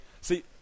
see